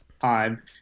time